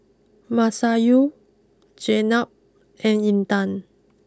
Masayu Jenab and Intan